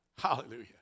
Hallelujah